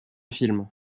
film